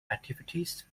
activities